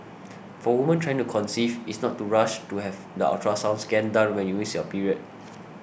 for women trying to conceive is not to rush to have the ultrasound scan done when you miss your period